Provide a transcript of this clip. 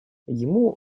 ему